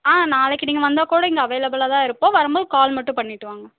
ஆ நாளைக்கு நீங்கள் வந்தால் கூட இங்கே அவைலபிளாக தான் இருப்போம் வரும் போது கால் மட்டும் பண்ணிவிட்டு வாங்க